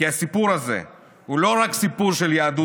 כי הסיפור הזה הוא לא רק סיפור של יהדות